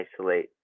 isolate